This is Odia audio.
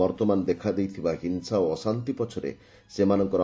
ବର୍ତ୍ତମାନ ଦେଖାଦେଇଥିବା ହିଂସା ଓ ଅଶାନ୍ତି ପଛରେ ସେମାନଙ୍କର